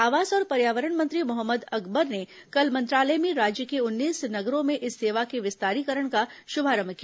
आवास और पर्यावरण मंत्री मोहम्मद अकबर ने कल मंत्रालय में राज्य के उन्नीस नगरों में इस सेवा के विस्तारीकरण का शुभारंभ किया